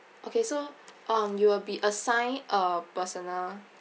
okay so um you will be assigned a personal